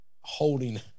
holding